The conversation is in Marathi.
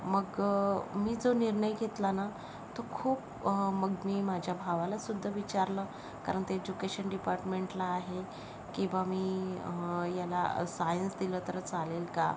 मग मी जो निर्णय घेतला ना तो खूप मग मी माझ्या भावालासुद्धा विचारलं कारण तो एज्युकेशन डिपार्टमेंटला आहे की बा मी ह्याला सायन्स दिलं तर चालेल का